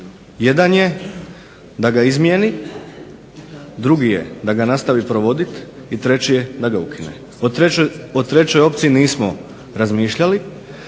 Jedan je da ga izmijeni, drugi je da ga nastavi provoditi i treći je da ga ukine. O trećoj opciji nismo razmišljali.